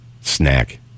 snack